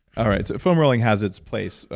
all right. so foam rolling has its place,